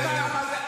אתה יודע מה זה צבא?